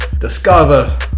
discover